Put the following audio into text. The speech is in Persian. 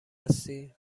هستی